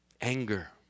anger